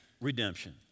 redemption